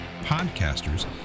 podcasters